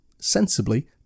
sensibly